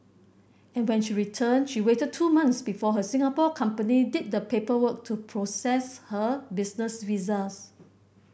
and when she returned she waited two months before her Singapore company did the paperwork to process her business visas